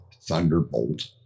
Thunderbolt